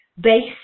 based